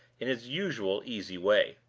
in his usual easy way.